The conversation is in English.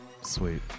sweet